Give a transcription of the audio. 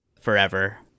forever